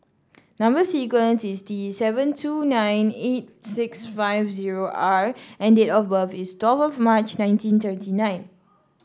number sequence is T seven two nine eight six five zero R and date of birth is twelve of March nineteen thirty nine